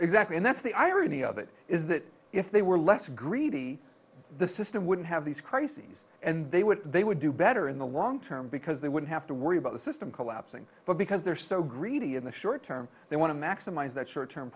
exactly and that's the irony of it is that if they were less greedy the system wouldn't have these crises and they would they would do better in the long term because they would have to worry about the system collapsing but because they're so greedy in the short term they want to maximize that short term